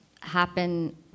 happen